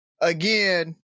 again